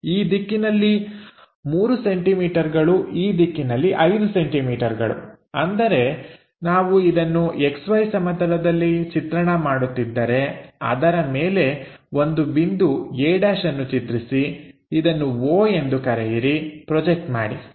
ಈ ದಿಕ್ಕಿನಲ್ಲಿ 3 ಸೆಂಟಿಮೀಟರ್ಗಳು ಈ ದಿಕ್ಕಿನಲ್ಲಿ 5 ಸೆಂಟಿಮೀಟರ್ಗಳು ಅಂದರೆ ನಾವು ಇದನ್ನು XY ಸಮತಲದಲ್ಲಿ ಚಿತ್ರಣ ಮಾಡುತ್ತಿದ್ದರೆ ಅದರ ಮೇಲೆ ಒಂದು ಬಿಂದು a' ಅನ್ನು ಚಿತ್ರಿಸಿ ಇದನ್ನು O ಎಂದು ಕರೆಯಿರಿ ಪ್ರೊಜೆಕ್ಟ್ ಮಾಡಿ